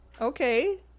Okay